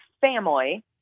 family